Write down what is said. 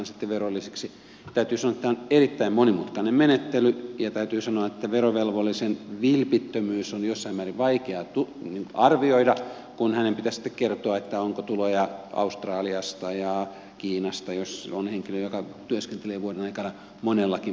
täytyy sanoa että tämä on erittäin monimutkainen menettely ja verovelvollisen vilpittömyys on jossain määrin vaikeaa arvioida kun hänen pitäisi sitten kertoa onko tuloja australiasta ja kiinasta jos on henkilö joka työskentelee vuoden aikana monellakin paikkakunnalla maailmassa